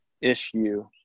issue